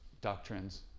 doctrines